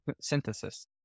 synthesis